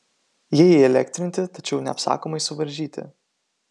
jie įelektrinti tačiau neapsakomai suvaržyti